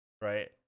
right